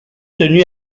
tenue